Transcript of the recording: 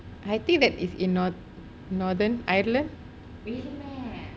I think that is in north northen ireland